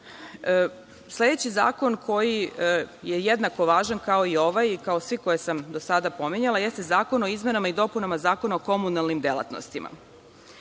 zakon koji je jednako važan kao i ovaj i kao svi koje sam do sada pominjala, jeste Zakon o izmenama i dopunama Zakona o komunalnim delatnostima.